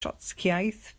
trotscïaeth